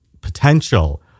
potential